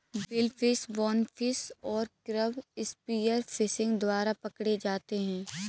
billfish, bonefish और crab spear fishing द्वारा पकड़े जाते हैं